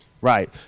right